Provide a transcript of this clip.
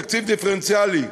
תקציב דיפרנציאלי,